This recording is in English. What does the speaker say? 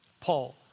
Paul